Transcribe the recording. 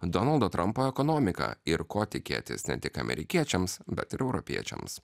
donaldo trampo ekonomiką ir ko tikėtis ne tik amerikiečiams bet ir europiečiams